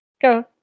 go